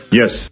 yes